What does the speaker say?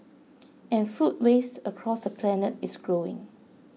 and food waste across the planet is growing